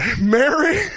Mary